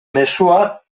mezua